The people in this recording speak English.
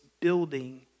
building